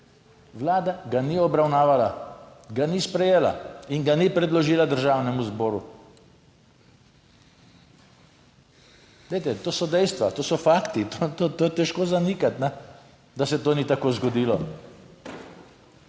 Vlada ga ni obravnavala, ga ni sprejela in ga ni predložila Državnemu zboru. Glejte, to so dejstva, to so fakti, to je težko zanikati, da se to ni tako zgodilo.